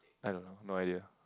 I don't know no idea